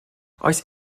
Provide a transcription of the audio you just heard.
oes